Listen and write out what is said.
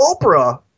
Oprah